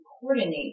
coordinate